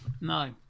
No